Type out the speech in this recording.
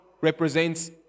represents